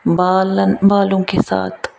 بالَن بالوں کے ساتھ